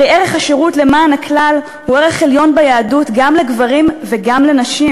הרי ערך השירות למען הכלל הוא ערך עליון ביהדות גם לגברים וגם לנשים.